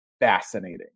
fascinating